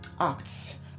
acts